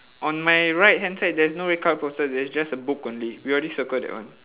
on my right hand side there's no red colour poster there's just a book only we already circle that one